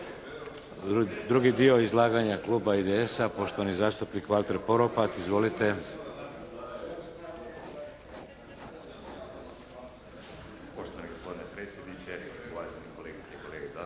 Drugi dio izlaganja kluba IDS-a, poštovani zastupnik Valter Poropat. Izvolite. **Poropat, Valter (IDS)** Poštovani gospodine predsjedniče, uvažene kolegice i kolege